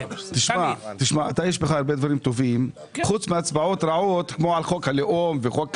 יש בך הרבה דברים טובים חוץ מהצבעות רעות כמו על חוק הלאום וחוק קמיניץ.